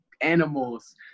animals